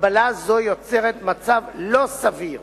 הגבלה זאת יוצרת מצב לא סביר